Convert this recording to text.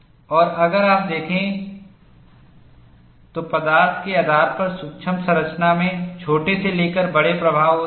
और अगर आप देखें तो पदार्थ के आधार पर सूक्ष्म संरचना में छोटे से लेकर बड़े प्रभाव होते हैं